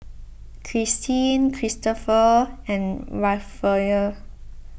Christeen Kristoffer and Rafael